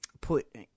put